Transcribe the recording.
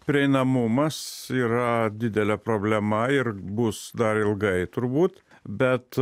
prieinamumas yra didelė problema ir bus dar ilgai turbūt bet